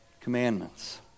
commandments